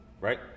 right